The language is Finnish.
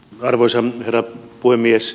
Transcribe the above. arvoisa herra puhemies